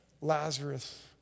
Lazarus